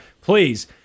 please